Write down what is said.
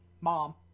mom